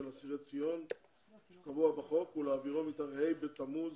אסירי ציון שקבוע בחוק ולהעבירו מתאריך ה' בתמוז